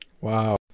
wow